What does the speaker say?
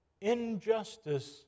injustice